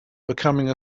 becoming